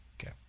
Okay